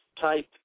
type